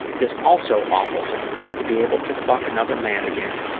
it is also awfulsome to be able to fuck another man again,